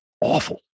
awful